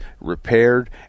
repaired